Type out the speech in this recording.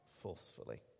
forcefully